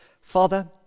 Father